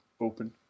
open